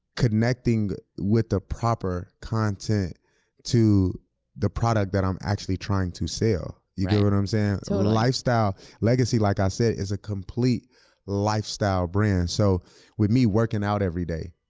connecting with the proper content to the product that i'm actually trying to sell, you get what i'm saying? so legacy, like i said, is a complete lifestyle brand. so with me, working out every day.